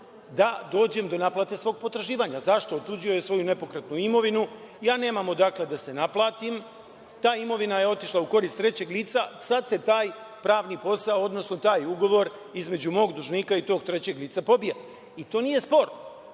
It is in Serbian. da dođem do naplate svog potraživanja. Zašto? Otuđio je svoju nepokretnu imovinu, ja nemam odakle da se naplatim, ta imovina je otišla u korist trećeg lica, sad se taj pravni posao, odnosno taj ugovor između mog dužnika i tog trećeg lica pobija i to nije sporno,